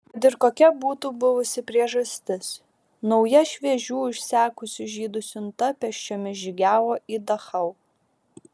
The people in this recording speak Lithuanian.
kad ir kokia būtų buvusi priežastis nauja šviežių išsekusių žydų siunta pėsčiomis žygiavo į dachau